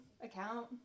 account